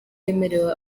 yemerewe